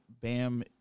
bam